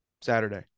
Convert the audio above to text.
saturday